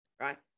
Right